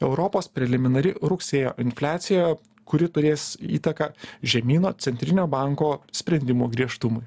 europos preliminari rugsėjo infliacija kuri turės įtaką žemyno centrinio banko sprendimo griežtumui